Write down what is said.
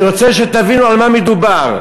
אני רוצה שתבינו על מה מדובר.